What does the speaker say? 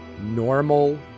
Normal